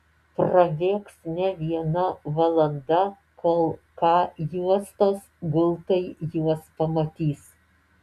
prabėgs ne viena valanda kol k juostos gultai juos pamatys